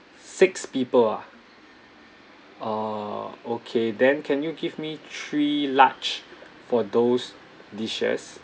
six people ah uh okay then can you give me three large for those dishes